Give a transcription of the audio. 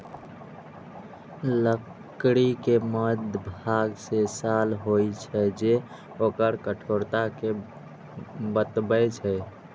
लकड़ी के मध्यभाग मे साल होइ छै, जे ओकर कठोरता कें बतबै छै